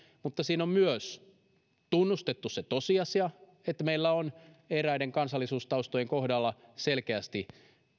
mutta siinä on myös tunnustettu se tosiasia että meillä on eräiden kansallisuustaustojen kohdalla selkeästi